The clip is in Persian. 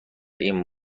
این